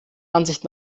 ansicht